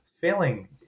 failing